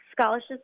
scholarships